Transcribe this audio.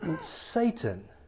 Satan